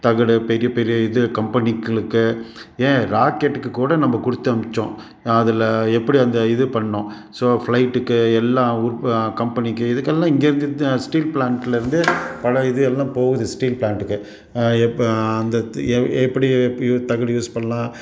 தகடு பெரிய பெரிய இது கம்பெனிக்களுக்கு ஏன் ராக்கெட்டுக்கு கூட நம்ப கொடுத்து அமிச்சோம் அதில் எப்படி அந்த இது பண்ணோம் ஸோ ஃப்ளைட்டுக்கு எல்லா ஊர் கம்பெனிக்கு இதுக்கெல்லாம் இங்கே இங்கே இங்கேந்தே ஸ்டீல் ப்லான்ட்லருந்து பல இது எல்லாம் போகுது ஸ்டீல் ப்லான்ட்டுக்கு எப்போ அந்தது எ எப்படி இ தகடு யூஸ் பண்ணலாம்